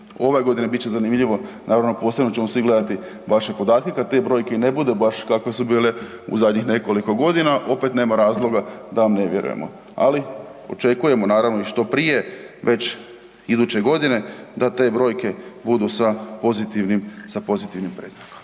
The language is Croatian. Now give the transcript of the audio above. Ove godine bit će zanimljivo naravno posebno ćemo svi gledati vaše podatke kad te brojke ne budu baš kako su bile u zadnjih nekoliko godina, opet nema razloga da vam ne vjerujemo, ali očekujemo naravno i što prije, već iduće godine da te brojke budu sa pozitivnim, sa